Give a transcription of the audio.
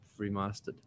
remastered